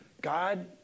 God